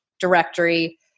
directory